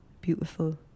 beautiful